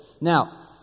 Now